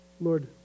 Lord